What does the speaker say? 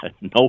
No